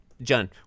john